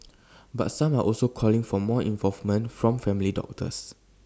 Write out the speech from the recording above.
but some are also calling for more involvement from family doctors